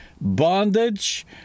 bondage